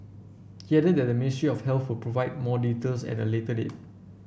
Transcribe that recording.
he added that the Ministry of Healthy provide more details at a later date